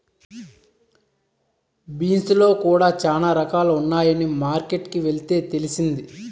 beans లో కూడా చానా రకాలు ఉన్నాయని మార్కెట్ కి వెళ్తే తెలిసింది